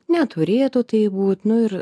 neturėtų taip būt nu ir